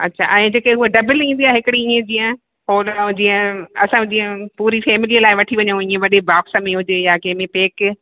अच्छा ऐं जेके हूअ दॿली ईंदी आहे हिकिड़ी ईअं जीअं पोडर ऐं जीअं असां जीअं पूरी फेमिली लाइ वठी वञू ईअं वॾे बॉक्स में हुजे या कंहिंमें पैक